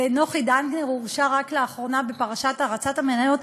נוחי דנקנר הורשע רק לאחרונה בפרשת הרצת המניות,